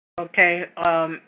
Okay